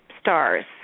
stars